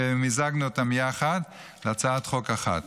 שמיזגנו אותן יחד להצעת חוק אחת.